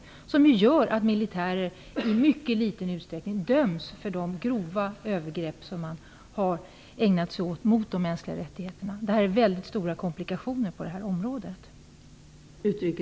Denna straffrihet gör ju att militärer i mycket liten utsträckning döms för de grova övergrepp som de ägnat sig åt när det gäller de mänskliga rättigheterna. Det är mycket stora komplikationer på detta område.